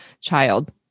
child